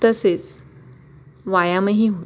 तसेच व्यायामही होत